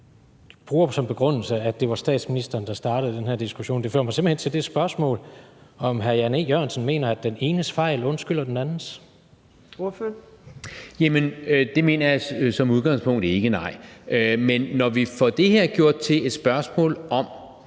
man bruger som begrundelse, at det var statsministeren, der startede den her diskussion. Det fører mig simpelt hen til det spørgsmål, om hr. Jan E. Jørgensen mener, at den enes fejl undskylder den andens. Kl. 14:48 Fjerde næstformand (Trine Torp): Ordføreren. Kl. 14:48 Jan E. Jørgensen